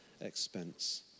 expense